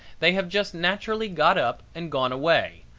they have just naturally got up and gone away,